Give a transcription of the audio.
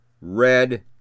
red